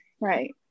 right